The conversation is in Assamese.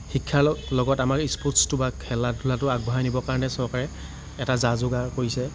শিক্ষাৰ লগ লগত আমাৰ স্পৰ্টচ বা খেলা ধূলাটো আগবঢ়াই নিবৰ কাৰণে চৰকাৰে এটা যা যোগাৰ কৰিছে